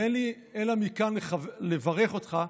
אין לי אלא לברך אותך מכאן,